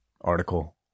article